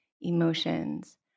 emotions